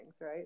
right